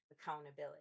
accountability